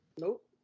Nope